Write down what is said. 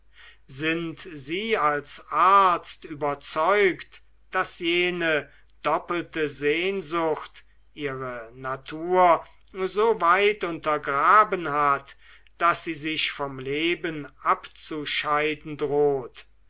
sind sie als arzt überzeugt daß jene doppelte sehnsucht ihre natur so weit untergraben hat daß sie sich vom leben abzuscheiden droht